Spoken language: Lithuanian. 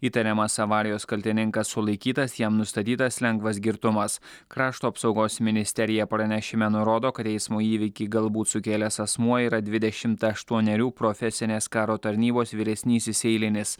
įtariamas avarijos kaltininkas sulaikytas jam nustatytas lengvas girtumas krašto apsaugos ministerija pranešime nurodo kad eismo įvykį galbūt sukėlęs asmuo yra dvidešimt aštuonerių profesinės karo tarnybos vyresnysis eilinis